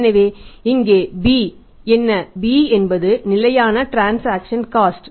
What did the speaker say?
எனவே இங்கே b என்ன b என்பது நிலையான டிரன்சாக்சன் காஸ்ட்